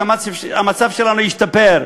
שהמצב שלנו ישתפר,